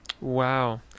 Wow